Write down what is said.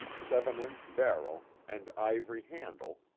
seven inch barrel, and ivory handle,